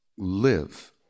live